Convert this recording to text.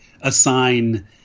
assign